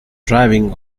driving